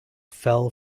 fell